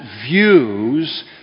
views